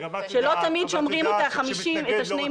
שלא תמיד שומרים על המרחק של שני מטר.